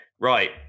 Right